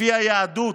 לפי היהדות,